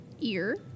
Ear